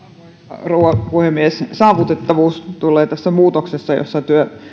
rouva puhemies saavutettavuus tulee varmistaa tässä muutoksessa jossa